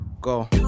go